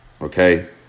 okay